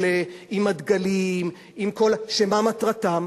האלה עם הדגלים, עם כל, שמה מטרתם?